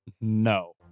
No